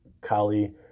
Kali